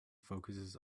focuses